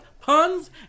puns